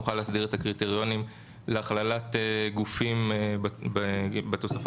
נוכל להסדיר את הקריטריונים להכללת גופים בתוספות,